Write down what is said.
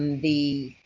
the,